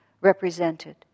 represented